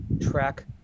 track